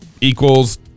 equals